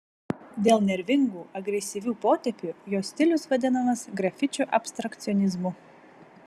dėl nervingų agresyvių potėpių jo stilius vadinamas grafičių abstrakcionizmu